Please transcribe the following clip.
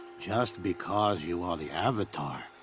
just because you are the avatar,